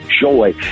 joy